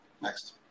Next